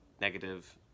negative